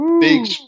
Big